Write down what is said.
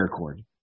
paracord